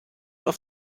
auf